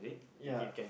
ya